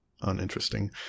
uninteresting